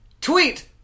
tweet